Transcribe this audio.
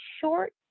short